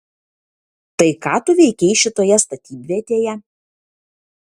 tai ką tu veikei šitoje statybvietėje